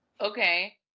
Okay